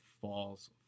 falls